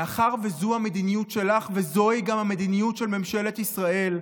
מאחר שזו המדיניות שלך וזו גם המדיניות של ממשלת ישראל,